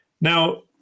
Now